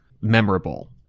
memorable